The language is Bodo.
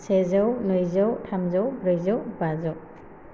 सेजौ नैजौ थामजौ ब्रैजौ बाजौ